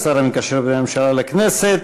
השר המקשר בין הממשלה לכנסת.